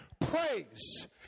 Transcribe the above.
praise